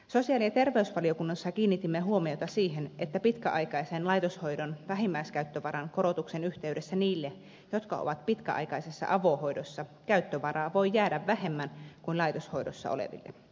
sosiaali ja terveysvaliokunnassa kiinnitimme huomiota siihen että pitkäaikaisen laitoshoidon vähimmäiskäyttövaran korotuksen yhteydessä niille jotka ovat pitkäaikaisessa avohoidossa käyttövaraa voi jäädä vähemmän kuin laitoshoidossa oleville